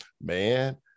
Man